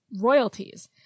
royalties